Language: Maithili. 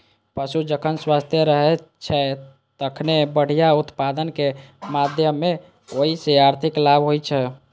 पशु जखन स्वस्थ रहै छै, तखने बढ़िया उत्पादनक माध्यमे ओइ सं आर्थिक लाभ होइ छै